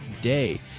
day